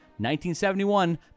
1971